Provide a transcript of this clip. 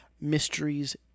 Mysteries